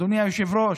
גזענות,